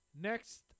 Next